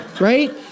right